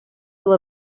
will